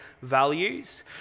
values